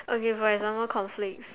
okay for example conflicts